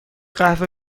قهوه